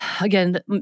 again